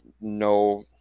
no